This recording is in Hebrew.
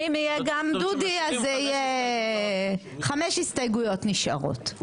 ואם יהיה גם דודי אז חמש הסתייגויות נשארות.